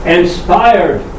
inspired